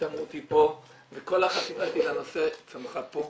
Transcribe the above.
ושמו אותי פה, וכל --- לנושא צמחה פה,